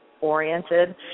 oriented